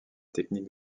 technique